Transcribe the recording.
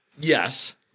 Yes